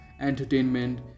entertainment